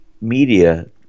media